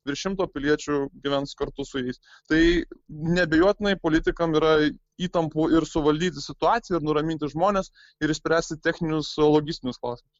virš šimto piliečių gyvens kartu su jais tai neabejotinai politikam yra įtampų ir suvaldyti situaciją ir nuraminti žmones ir išspręsti techninius logistinius klausimus